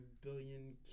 billion